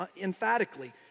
emphatically